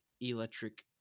electric